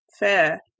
Fair